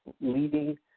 leading